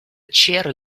chair